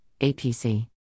APC